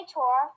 Tour